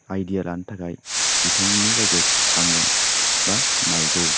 idea लानो थाखाय बिथांमोननि जायगायाव थांगोन बा नायगौ